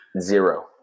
Zero